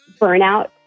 burnout